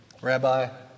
Rabbi